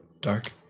Dark